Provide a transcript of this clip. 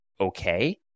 okay